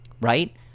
right